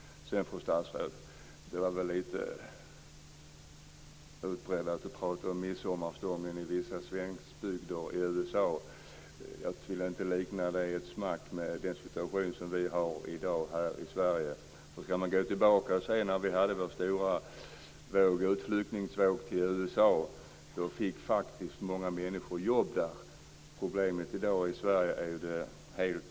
Fru statsråd! Det var väl lite överdrivet att prata om midsommarstången i vissa svenskbygder i USA. Jag skulle inte likna den situationen med den situation som råder i Sverige i dag. I samband med den stora utflyttningsvågen till USA fick faktiskt många människor jobb där. Problemet i Sverige i dag är det motsatta.